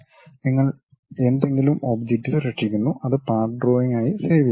നിങ്ങൾ എന്തെങ്കിലും ഒബ്ജക്റ്റ് സൃഷ്ടിക്കുന്നു അത് പാർട്ട് ഡ്രോയിംഗ് ആയി സേവ് ചെയ്യുക